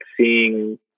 seeing